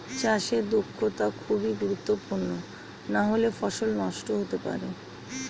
চাষে দক্ষতা খুবই গুরুত্বপূর্ণ নাহলে ফসল নষ্ট পর্যন্ত হতে পারে